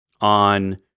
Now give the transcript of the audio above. on